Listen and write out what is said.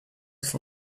for